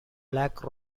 black